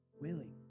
willing